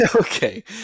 Okay